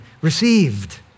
received